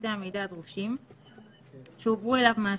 פרטי המידע הדרושים שהועברו אליו מהשירות,